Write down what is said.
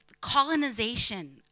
colonization